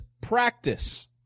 practice